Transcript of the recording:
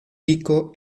pico